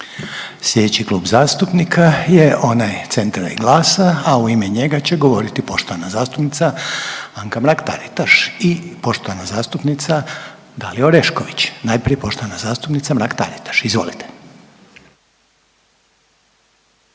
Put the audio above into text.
Sljedeći klub zastupnika je onaj Centra i GLAS-a, a u ime njega će govoriti poštovana zastupnica Anka Mrak-Taritaš i poštovana zastupnica Dalija Orešković. Najprije poštovana zastupnica Mrak-Taritaš, izvolite.